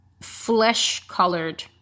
flesh-colored